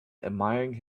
admiring